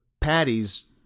patties